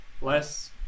less